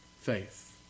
faith